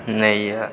नहि यऽ